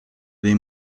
dei